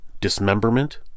dismemberment